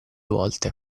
volte